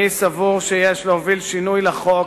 אני סבור שיש להוביל שינוי לחוק.